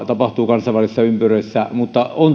kansainvälisissä ympyröissä mutta on